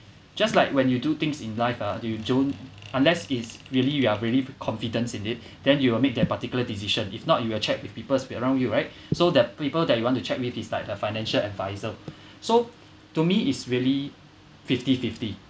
just like when you do things in life ah do it your own unless is really we are really confidence in it then you will make that particular decision if not you will check with people's around you right so that people that you want to check with is like the financial adviser so to me it's really fifty fifty